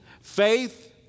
faith